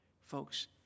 Folks